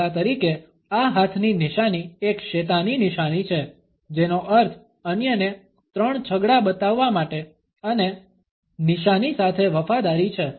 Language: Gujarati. દાખલા તરીકે આ હાથની નિશાની એક શેતાની નિશાની છે જેનો અર્થ અન્યને 666 બતાવવા માટે અને નિશાની સાથે વફાદારી છે